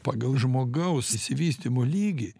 pagal žmogaus išsivystymo lygį